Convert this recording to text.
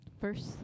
first